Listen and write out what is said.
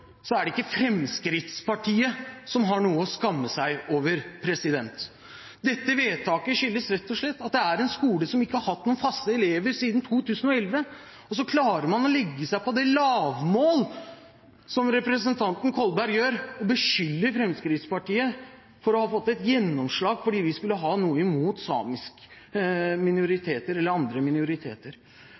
så klarer man å legge seg på det lavmålet som representanten Kolberg gjør, og beskylder Fremskrittspartiet for å ha fått gjennomslag – for at vi skulle ha noe imot samiske minoriteter eller andre minoriteter.